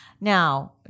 Now